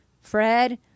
Fred